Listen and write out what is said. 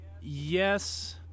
yes